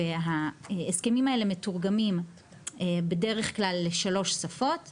ההסכמים האלו מתורגמים בדרך כלל לשלוש שפות עברית,